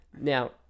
Now